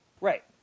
Right